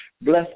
bless